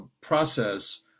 process